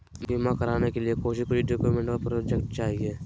बीमा कराने के लिए कोच्चि कोच्चि डॉक्यूमेंट प्रोजेक्ट चाहिए?